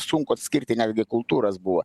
sunku atskirti netgi kultūras buvo